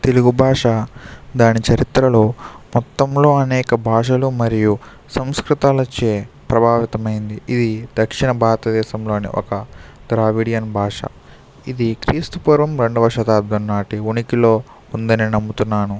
తెలుగు భాష దాని చరిత్రలో మొత్తంలో అనేక భాషలో మరియు సంస్కృతులచే ప్రభావితమైంది ఇది దక్షిణ భారతదేశంలోని ఒక ద్రావిడియన్ భాష ఇది క్రీస్తు పూర్వం రెండవ శతాబ్దం నాటి ఉనికిలో ఉందని నమ్ముతున్నాను